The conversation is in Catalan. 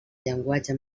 llenguatge